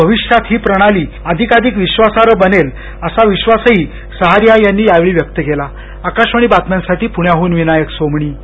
भविष्याखत ही प्रणाली अधिकाधिक विधासार्ह बनेल असा विधालसही सहारिया यांनी यावेळी व्ययक्त केला आकाशवाणी बातम्यांसाठी विनायक सोमणी पुणे